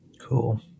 Cool